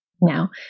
Now